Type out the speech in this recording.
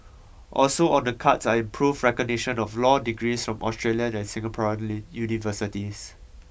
also on the cards are improved recognition of law degrees from Australian and Singaporean universities